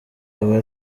aba